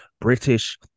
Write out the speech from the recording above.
British